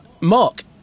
Mark